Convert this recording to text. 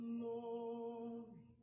Glory